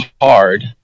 hard